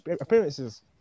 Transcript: appearances